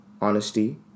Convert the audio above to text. honesty